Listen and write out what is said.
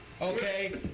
Okay